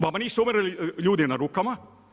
Vama nisu umirali ljudi na rukama.